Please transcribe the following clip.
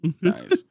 Nice